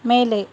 ಮೇಲೆ